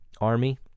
Army